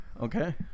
Okay